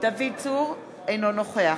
אינו נוכח